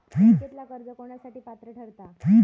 बँकेतला कर्ज कोणासाठी पात्र ठरता?